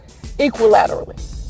equilaterally